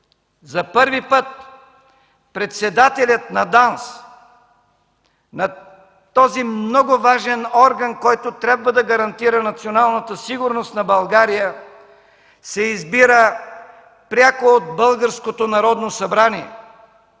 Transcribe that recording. За първи път председателят на ДАНС, на този много важен орган, който трябва да гарантира националната сигурност на България, се избира пряко от българското Народно събрание.